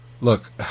look